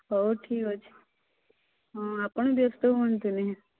ହେଉ ଠିକ୍ ଅଛି ହଁ ଆପଣ ବ୍ୟସ୍ତ ହୁଅନ୍ତୁନି